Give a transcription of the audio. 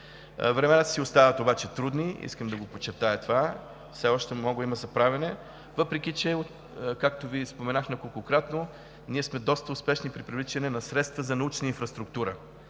Времената си остават трудни, искам да го подчертая това, много все още има за правене, въпреки че, както Ви споменах неколкократно, ние сме доста успешни при привличане на средства за научна инфраструктура.